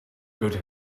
good